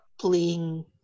playing